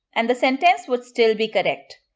and the sentence would still be correct.